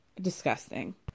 Disgusting